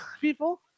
people